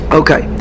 okay